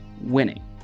winning